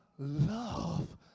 Love